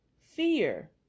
fear